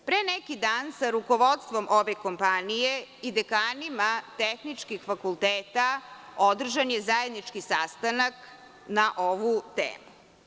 Pre neki dan sa rukovodstvom ove kompanije i dekanima tehničkih fakulteta, održan je zajednički sastanak na ovu temu.